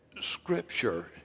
scripture